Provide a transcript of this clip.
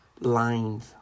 lines